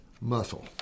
muscle